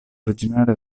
originaria